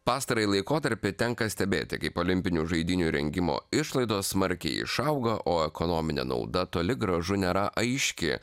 pastarąjį laikotarpį tenka stebėti kaip olimpinių žaidynių rengimo išlaidos smarkiai išauga o ekonominė nauda toli gražu nėra aiški